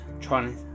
trying